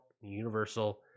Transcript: Universal